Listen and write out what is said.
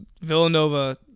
Villanova